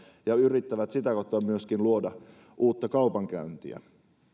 ja yrittävät sitä kautta myöskin luoda uutta kaupankäyntiä